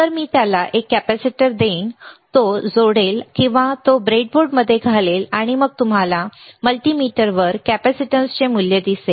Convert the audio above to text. तर मी त्याला एक कॅपेसिटर देईन तो जोडेल किंवा तो ब्रेडबोर्डमध्ये घालेल आणि मग तुम्हाला मल्टीमीटरवर कॅपेसिटन्सचे मूल्य दिसेल